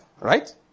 right